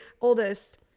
Oldest